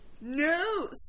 no